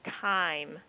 time